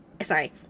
sorry